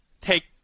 take